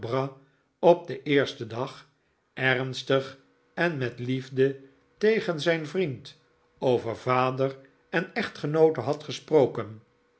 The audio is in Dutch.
op den eersten dag ernstig en met liefde tegen zijn vriend over vader en echtgenoote had gesproken